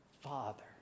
Father